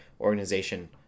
organization